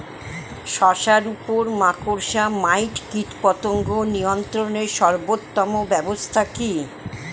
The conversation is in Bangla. শশার উপর মাকড়সা মাইট কীটপতঙ্গ নিয়ন্ত্রণের সর্বোত্তম ব্যবস্থা কি?